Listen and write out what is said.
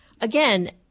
Again